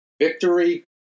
victory